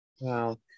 Wow